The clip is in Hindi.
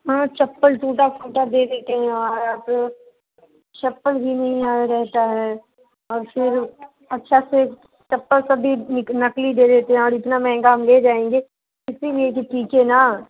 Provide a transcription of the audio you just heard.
हाँ चप्पल टूटा फूटा दे देते हैं और आप चप्पल भी नहीं यहाँ रेहता अच्छा से चप्पल सब भी नीक नकली दे देते हैं और इतना महंगा हम ले जाएंगे इसलिए कुछ कीजिए न